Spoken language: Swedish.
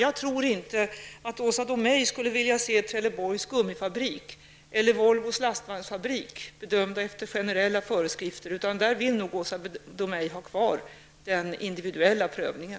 Jag tror inte att Åsa Domeij skulle vilja se Trelleborgs gummifabrik eller Volvos lastvagnsfabrik bedömda efter generella föreskrifter, utan i dessa sammanhang vill Åsa Domeij nog ha kvar den individuella prövningen.